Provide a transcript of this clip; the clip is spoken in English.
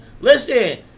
listen